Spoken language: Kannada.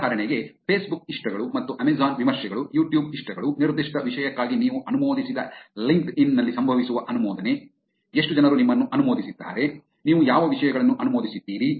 ಉದಾಹರಣೆಗೆ ಫೇಸ್ ಬುಕ್ ಇಷ್ಟಗಳು ಮತ್ತು ಅಮೆಜಾನ್ ವಿಮರ್ಶೆಗಳು ಯುಟ್ಯೂಬ್ ಇಷ್ಟಗಳು ನಿರ್ದಿಷ್ಟ ವಿಷಯಕ್ಕಾಗಿ ನೀವು ಅನುಮೋದಿಸಿದ ಲಿಂಕ್ಡ್ಇನ್ ನಲ್ಲಿ ಸಂಭವಿಸುವ ಅನುಮೋದನೆ ಎಷ್ಟು ಜನರು ನಿಮ್ಮನ್ನು ಅನುಮೋದಿಸಿದ್ದಾರೆ ನೀವು ಯಾವ ವಿಷಯಗಳನ್ನು ಅನುಮೋದಿಸಿದ್ದೀರಿ